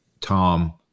Tom